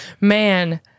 man